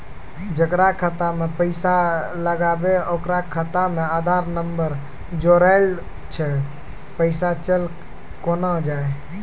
जेकरा खाता मैं पैसा लगेबे ओकर खाता मे आधार ने जोड़लऽ छै पैसा चल कोना जाए?